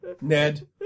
Ned